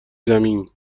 زمین